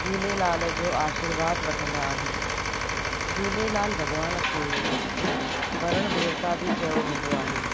झूलेलाल जो आशीर्वाद वठंदा आहिनि झूलेलाल भॻवान खे वरुण देवता बि चयो वेंदो आहे